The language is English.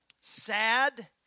sad